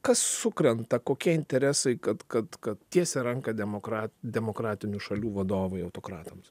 kas sukrenta kokie interesai kad kad kad tiesia ranką demokra demokratinių šalių vadovai autokratams